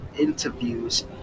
interviews